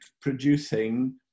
producing